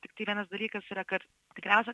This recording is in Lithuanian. tiktai vienas dalykas yra kad tikriausia